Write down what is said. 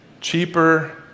cheaper